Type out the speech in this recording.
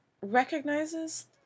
recognizes